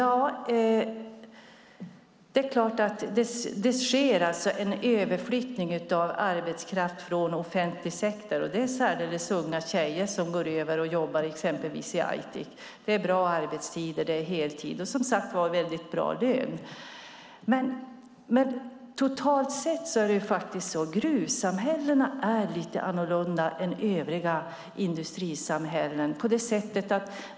Det sker en överflyttning av arbetskraft från offentlig sektor. Det är särskilt unga tjejer som går över till att jobba i Aitik. Det är bra arbetstider, heltid och bra lön. Men totalt sett är gruvsamhällen lite annorlunda än övriga industrisamhällen.